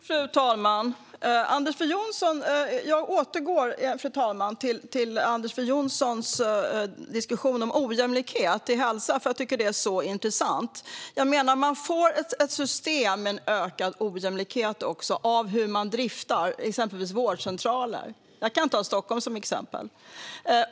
Fru talman! Jag återkommer till Anders W Jonssons diskussion om ojämlikhet när det gäller hälsa, för jag tycker att det är så intressant. Man får ett system med ökad ojämlikhet på grund av hur man exempelvis driftar vårdcentraler. Jag kan ta Stockholm som exempel.